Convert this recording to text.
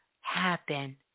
happen